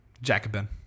Jacobin